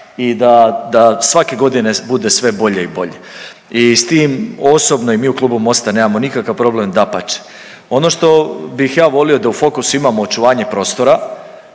da svake godine bude sve bolje i bolje. I s tim osobno i mi u Klubu MOST-a nemamo nikakav problem dapače. Ono što bih ja volio da u fokusu imamo očuvanje prostora,